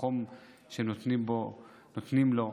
החום שהם נותנים לו.